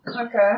Okay